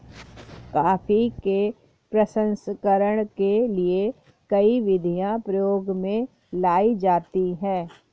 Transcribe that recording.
coffee के प्रसंस्करण के लिए कई विधियां प्रयोग में लाई जाती हैं